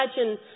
imagine